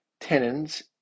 tenons